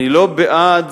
אני בעד